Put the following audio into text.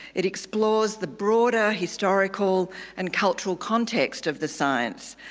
it explores the broader historical and cultural context of the science,